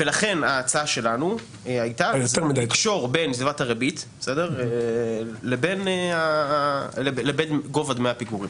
ולכן ההצעה שלנו הייתה לקשור בין סביבת הריבית לבין גובה דמי הפיגורים.